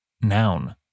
noun